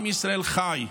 עם ישראל חי,